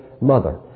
mother